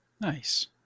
Nice